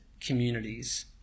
communities